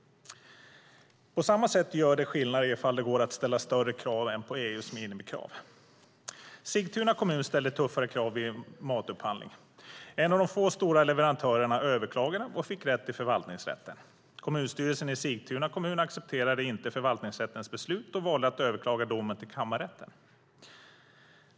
På samma sätt gör det skillnad ifall det går att ställa större krav än EU:s minimikrav. Sigtuna kommun ställde tuffare krav vid en matupphandling. En av de få stora leverantörerna överklagade och fick rätt i förvaltningsrätten. Kommunstyrelsen i Sigtuna kommun accepterade inte förvaltningsrättens beslut och valde att överklaga domen till kammarrätten.